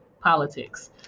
politics